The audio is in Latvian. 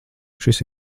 šis